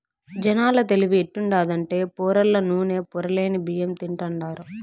జనాల తెలివి ఎట్టుండాదంటే పొరల్ల నూనె, పొరలేని బియ్యం తింటాండారు